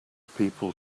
people